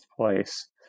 place